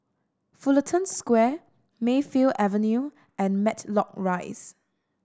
Fullerton Square Mayfield Avenue and Matlock Rise